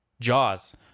jaws